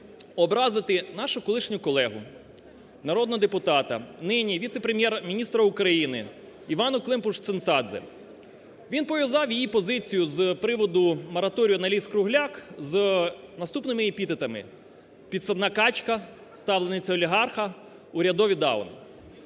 образити нашу колишню колегу народного депутата, нині віце-прем’єр-міністра України Іванну Климпуш-Цинцадзе. Він пов'язав її позицію з приводу мораторію на ліс-кругляк з наступними епітетами: "підсадна качка", "ставлениця олігарха", "урядові дауни".